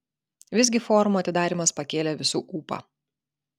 visgi forumo atidarymas pakėlė visų ūpą